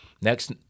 Next